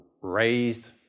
raised